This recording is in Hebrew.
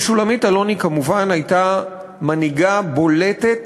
ושולמית אלוני כמובן הייתה מנהיגה בולטת